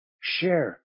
Share